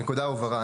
טוב, הנקודה הובהרה.